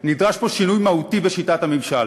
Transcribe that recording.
נדרש פה שינוי מהותי בשיטת הממשל,